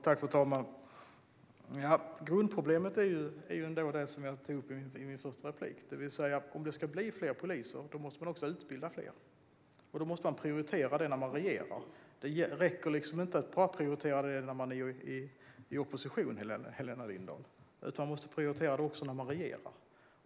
Fru talman! Grundproblemet är ändå det jag tog upp i mitt första inlägg, det vill säga att om det ska bli fler poliser måste man utbilda fler. Då måste man prioritera detta när man regerar. Det räcker inte att prioritera det bara när man är i opposition, Helena Lindahl, utan man måste göra det också när man regerar.